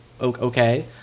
okay